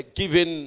given